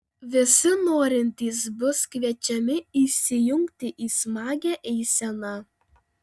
visi norintys bus kviečiami įsijungti į smagią eiseną